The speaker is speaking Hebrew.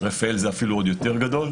רפאל זה אפילו עוד יותר גדול.